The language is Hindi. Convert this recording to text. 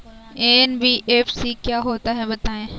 एन.बी.एफ.सी क्या होता है बताएँ?